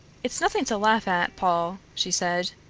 it's nothing to laugh at, paul, she said.